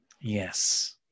Yes